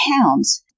Pounds